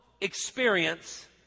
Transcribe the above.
experience